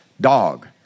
dog